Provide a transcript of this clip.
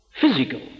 Physical